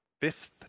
fifth